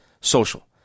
social